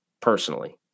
personally